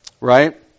right